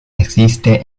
existe